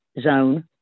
zone